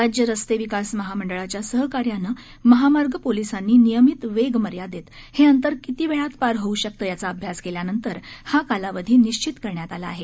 राज्य रस्ते विकास महामंडळाच्या सहकार्यानं महामार्ग पोलिसांनी नियमित वेग मर्यादेत हे अंतर किती वेळात पार होऊ शकते याचा अभ्यास केल्यानंतर हा कालावधी निश्चित करण्यात आला आहे